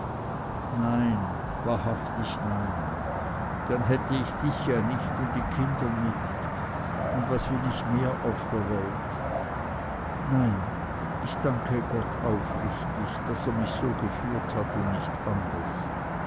nein wahrhaftig nein sagte uli dann hätte ich ja dich nicht und die kinder nicht und was will ich mehr auf der welt nein ich danke gott aufrichtig daß er mich so geführt hat und nicht anders